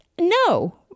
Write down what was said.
No